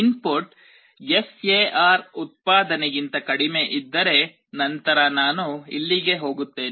input SAR ಉತ್ಪಾದನೆಗಿಂತ ಕಡಿಮೆಯಿದ್ದರೆ ನಂತರ ನಾನು ಇಲ್ಲಿಗೆ ಹೋಗುತ್ತೇನೆ